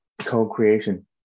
co-creation